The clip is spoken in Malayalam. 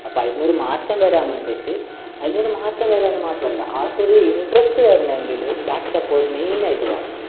അപ്പം അതിൽ നിന്നൊരു മാറ്റം വരാൻ വേണ്ടിയിട്ട് അതിൽനിന്ന് ഒരു മാറ്റം വരാൻ മാത്രമല്ല ആൾക്കൊരു ഇൻറസ്റ്റ് വരണമെങ്കിൽ ബാക്ക് സപ്പോർട്ട് മെയിനായിട്ട് വേണം